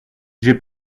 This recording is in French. j’ai